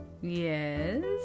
Yes